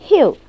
Hill